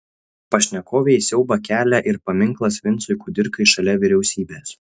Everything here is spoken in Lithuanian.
pašnekovei siaubą kelia ir paminklas vincui kudirkai šalia vyriausybės